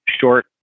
short